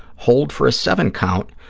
hold for a seven count,